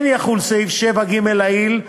כן יחול סעיף 7ג לעיל,